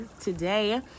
Today